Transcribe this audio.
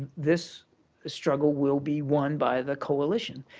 this struggle will be won by the coalition.